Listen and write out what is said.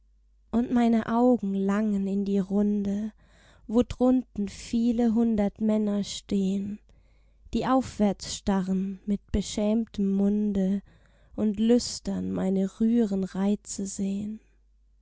und meine augen langen in die runde wo drunten viele hundert männer stehn die aufwärts starren mit beschämten munde und lüstern meine rühren reize sehn